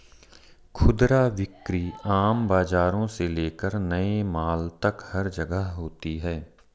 खुदरा बिक्री आम बाजारों से लेकर नए मॉल तक हर जगह होती है